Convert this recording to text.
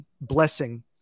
blessing